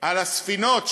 על הספינות,